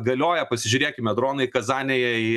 galioja pasižiūrėkime dronai kazanėje į